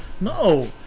No